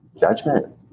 judgment